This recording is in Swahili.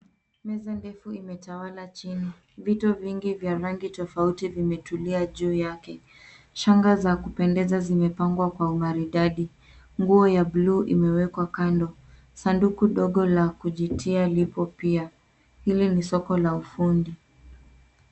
Meza ndefu imetawala chini, vitu vingi vya rangi tofauti vimetulia juu yake. Shanga za kupendeza zimepangwa kwa umaridadi, nguo ya buluu imewekwa kando. Sanduku dogo la kujitia lipo pia. Hili ni soko la ufundi.